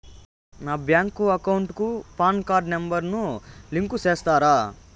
నా bank account కు PAN card number ను లింకు సేస్తారా?